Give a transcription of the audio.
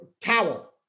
towel